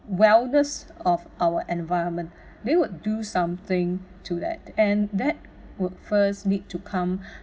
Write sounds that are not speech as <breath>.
wellness of our environment <breath> they would do something to that and that would first need to come <breath>